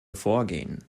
vorgehen